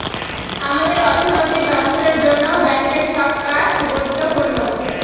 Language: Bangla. আমাদের অর্থনৈতিক ব্যবস্থার জন্য ব্যাঙ্কের সব কাজ গুরুত্বপূর্ণ